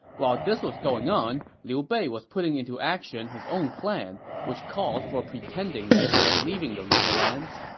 while this was going on, liu bei was putting into action his own plan, which called for pretending that he was leaving the riverlands.